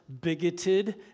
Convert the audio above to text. bigoted